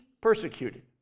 persecuted